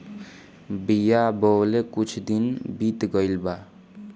बिया बोवले कुछ दिन बीत गइल बा